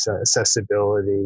accessibility